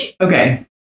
Okay